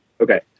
Okay